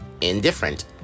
indifferent